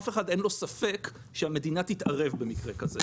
לאף אחד אין ספק שהמדינה תתערב במקרה כזה.